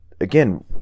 again